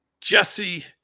Jesse